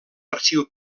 arxiu